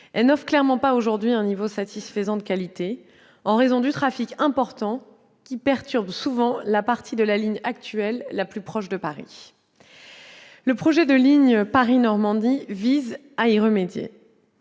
Elle n'offre clairement pas aujourd'hui un niveau satisfaisant de qualité, en raison du trafic important qui perturbe souvent la partie de la ligne actuelle la plus proche de Paris. Le projet de ligne nouvelle Paris-Normandie vise à y remédier.